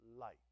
light